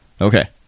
Okay